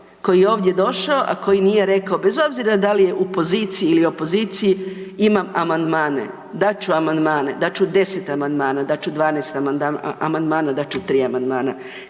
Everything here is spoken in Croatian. koji je ovdje došao a koji nije rekao bez obzira da li je u poziciji ili opoziciji, imam amandmane, dat ću amandmane, dat ću 10 amandmana, dat ću 12 amandman, dat ću 3 amandmana.